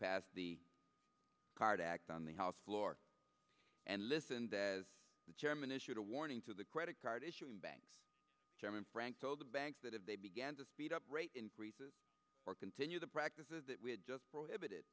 passed the card act on the house floor and listened as the chairman issued a warning to the credit card issuing banks chairman frank told the banks that if they began to speed up rate increases or continue the practices that we had just prohibited